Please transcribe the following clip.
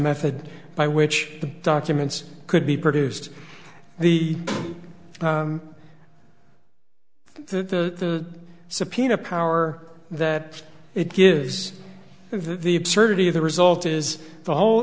method by which the documents could be produced the the subpoena power that it gives of the absurdity of the result is the whole